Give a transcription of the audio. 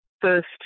first